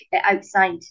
outside